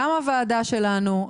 גם הוועדה שלנו.